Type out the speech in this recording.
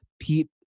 Pete